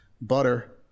butter